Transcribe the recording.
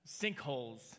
Sinkholes